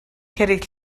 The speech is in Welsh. cerrig